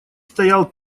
стоял